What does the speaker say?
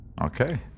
Okay